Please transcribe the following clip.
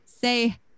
say